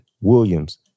Williams